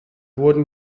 wurden